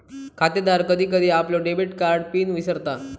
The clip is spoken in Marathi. खातेदार कधी कधी आपलो डेबिट कार्ड पिन विसरता